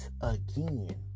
again